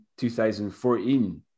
2014